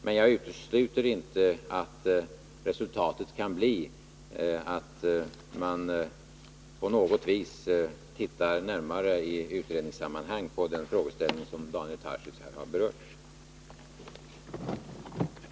Men jag utesluter inte att resultatet kan bli att man på något vis i utredningssammanhang ser något närmare på den frågeställning som Daniel Tarschys här tagit upp.